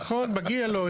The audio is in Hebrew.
נכון, מגיע לו.